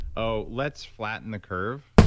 ah let's flatten the curve.